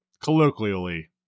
Colloquially